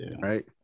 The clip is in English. right